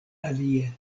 alie